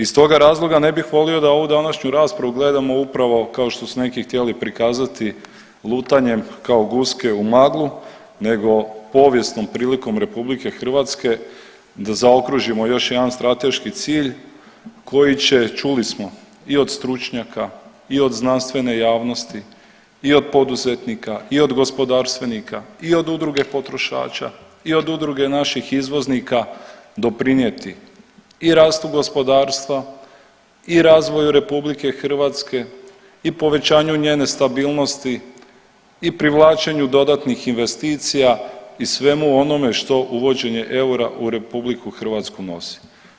Iz toga razloga ne bih volio da ovu današnju raspravu gledamo upravo kao što su neki htjeli prikazati lutanjem kao guske u maglu, nego povijesnom prilikom Republike Hrvatske da zaokružimo još jedan strateški cilj koji će čuli smo i od stručnjaka, i od znanstvene javnosti, i od poduzetnika, i od gospodarstvenika, i od Udruge potrošača, i od Udruge naših izvoznika doprinijeti i rastu gospodarstva, i razvoju Republike Hrvatske, i povećanju njene stabilnosti, i privlačenju dodatnih investicija i svemu onome što uvođenje eura u Republiku Hrvatsku nosi.